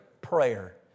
prayer